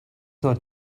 not